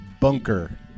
bunker